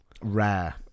Rare